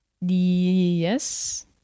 Yes